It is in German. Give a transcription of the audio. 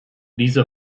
dieser